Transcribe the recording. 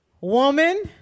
Woman